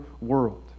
world